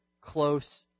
close